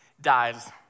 dies